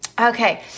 Okay